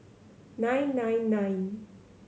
nine nine nine